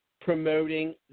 promoting